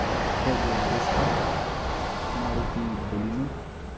Peugeot Vespa Maruti Baleno